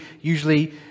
usually